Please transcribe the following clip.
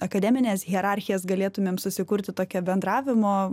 akademines hierarchijas galėtumėm susikurti tokią bendravimo